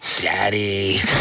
Daddy